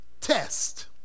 test